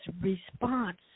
response